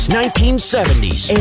1970s